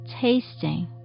tasting